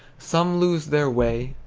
some lose their way.